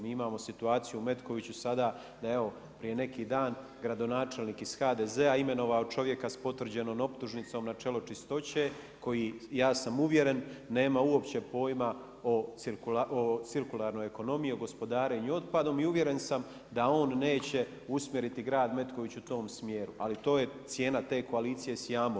Mi imamo situaciju u Metkoviću sada da je evo prije neki dan gradonačelnik iz HDZ-a imenovao čovjeka sa potvrđenom optužnicom na čelo čistoći koji, ja sam uvjeren nema uopće pojma o cirkularnoj ekonomiji, o gospodarenju otpadom i uvjeren sam da on neće usmjeriti grad Metković u tom smjeru ali to je cijena te koalicije s Jambom.